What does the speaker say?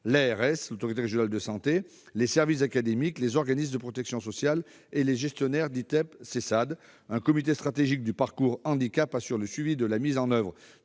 l'ARS, les services académiques, les organismes de protection sociale et les gestionnaires d'ITEP et Sessad. Un comité stratégique du parcours handicap assure le suivi de la mise en oeuvre